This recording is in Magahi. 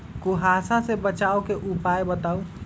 कुहासा से बचाव के उपाय बताऊ?